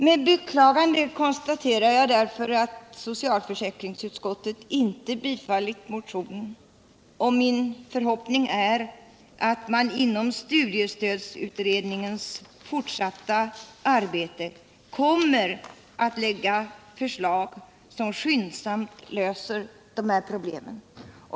Med beklagande konstaterar jag därför att socialförsäkringsutskottet inte tillstyrkt motionen, och min förhoppning är att man inom studiestödsutredningens fortsatta arbete kommer att lägga förslag som skyndsamt löser de här problemen.